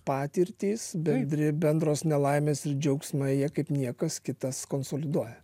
patirtys bendri bendros nelaimės ir džiaugsmai jie kaip niekas kitas konsoliduoja